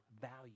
value